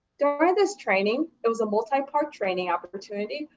during this training, it was a multipart training opportunity,